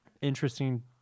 interesting